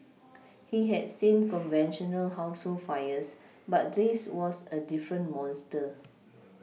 he had seen conventional household fires but this was a different monster